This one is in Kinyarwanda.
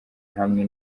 hamwe